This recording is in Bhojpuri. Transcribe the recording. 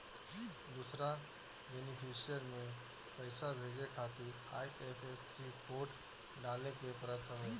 दूसरा बेनिफिसरी में पईसा भेजे खातिर आई.एफ.एस.सी कोड डाले के पड़त हवे